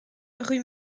rue